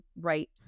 right